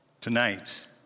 tonight